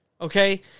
Okay